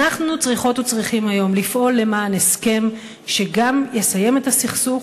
אנחנו צריכות וצריכים היום לפעול למען הסכם שגם יסיים את הסכסוך,